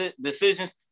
decisions